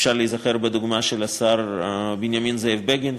אפשר להיזכר בדוגמה של השר זאב בנימין בגין,